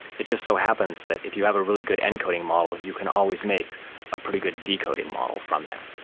it just so happens that if you have a really good encoding model you can always make a pretty good decoding model from that.